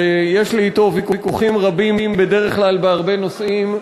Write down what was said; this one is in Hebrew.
שיש לי אתו ויכוחים רבים בדרך כלל בהרבה נושאים,